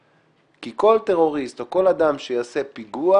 כי כל טרוריסט או כל אדם שיעשה פיגוע